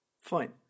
fine